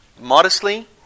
modestly